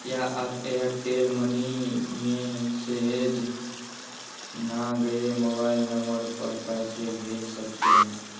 क्या आप Airtel Money में सहज न गए मोबाइल नंबर पर पैसे भेज सकते हैं